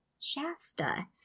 Shasta